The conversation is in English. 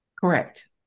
Correct